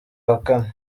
ahakana